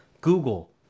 Google